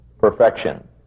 perfection